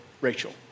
Rachel